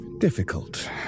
Difficult